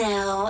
Now